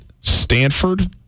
Stanford